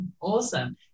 Awesome